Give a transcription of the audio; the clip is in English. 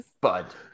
bud